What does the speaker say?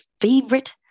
favorite